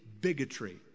bigotry